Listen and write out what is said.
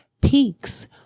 peaks